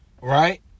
Right